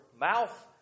mouth